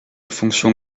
fonction